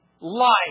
life